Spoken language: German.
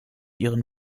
ihren